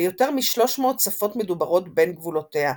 ויותר מ־300 שפות מדוברות בין גבולותיה.